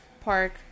park